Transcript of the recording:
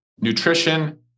Nutrition